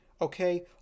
Okay